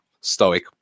Stoic